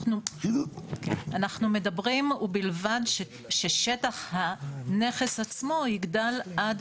אנחנו מדברים ובלבד ששטח הנכס עצמו יגדל עד